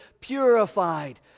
purified